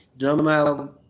normal